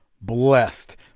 Blessed